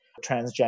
Transgender